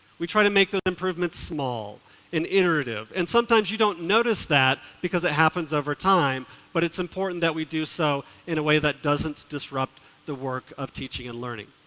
we try to make the improvements small and iterative, and sometimes you don't notice that because it happens over time but it's important that we do so in a way that doesn't disrupt the work of teaching and learning.